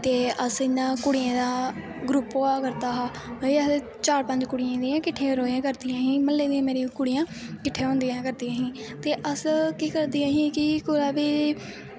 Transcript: ते अस इ'यां कुड़ियें दा ग्रुप होआ करदा हा मतलब कि चार पंज कुड़ियां किट्ठियां र'वा करदियां हां मह्ल्ले दियां कुड़ियां किट्ठियां होआ करदियां हां ते अस केह् करदियां हां कि कुदै बी